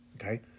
okay